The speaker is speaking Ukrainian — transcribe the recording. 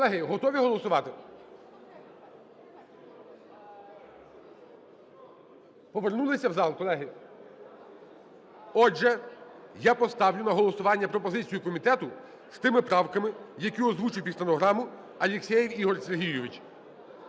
Колеги, готові голосувати? Повернулися в зал, колеги? Отже, я поставлю на голосування пропозицію комітету з тими правками, які озвучив під стенограму Алексєєв Ігор Сергійович.